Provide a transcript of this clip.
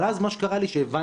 אבל אז מה שקרה לי זה שהבנתי.